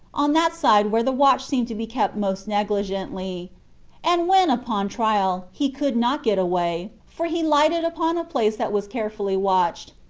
on that side where the watch seemed to be kept most negligently and when, upon trial, he could not get away, for he lighted upon a place that was carefully watched,